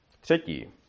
Třetí